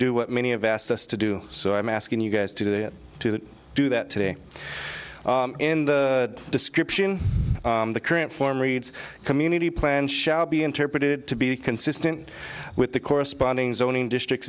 do what many of asked us to do so i'm asking you guys to do that to do that today in the description of the current form reads community plans shall be interpreted to be consistent with the corresponding zoning districts